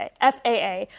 FAA